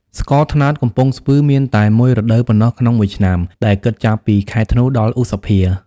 ស្ករត្នោតកំពង់ស្ពឺ មានតែមួយរដូវប៉ុណ្ណោះក្នុងមួយឆ្នាំ ដែលគិតចាប់ពីខែធ្នូ ដល់ឧសភា។